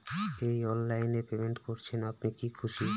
এই অনলাইন এ পেমেন্ট করছেন আপনি কি খুশি?